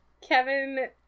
kevin